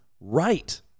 right